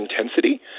intensity